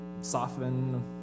soften